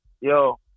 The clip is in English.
Yo